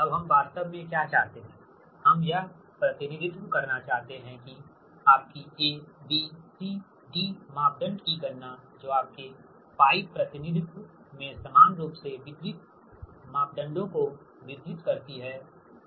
अब हम वास्तव में क्या चाहते हैं हम यह प्रतिनिधित्व करना चाहते हैं कि आपकी A B C D मापदंड की गणना जो आपके π पाई प्रतिनिधित्व में समान रूप से वितरित मापदंडों को वितरित करती है